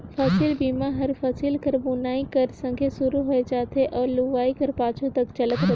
फसिल बीमा हर फसिल कर बुनई कर संघे सुरू होए जाथे अउ लुवई कर पाछू तक चलत रहथे